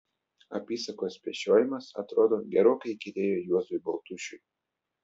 apysakos pešiojimas atrodo gerokai įkyrėjo juozui baltušiui